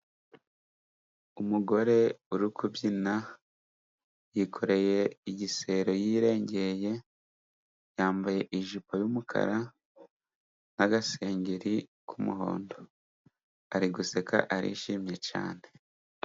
Umugore uri kubyina yikoreye igisero yirengeye, yambaye ijipo y'umukara n'agasengeri k'umuhondo, ari guseka arishimye cyane.